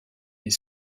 les